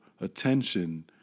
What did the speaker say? attention